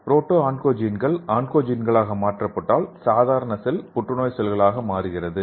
proto ஆன்கோஜென்கள் ஆன்கோஜென்களாக மாற்றப்பட்டால் சாதாரண செல் புற்றுநோய் செல்களாக மாறுகிறது